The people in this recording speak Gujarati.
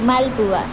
માલપુઆ